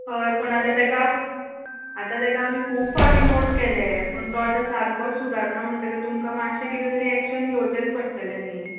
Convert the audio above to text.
हय पूण आतां ताका आतां ताका आमी खूब फावटी नोट केले पूण तो आतां सामकोच सुदारना म्हणटकच तुमकां मातशें कितें तरी एकशन घेवचेंच पडटलें न्हय